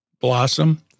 blossom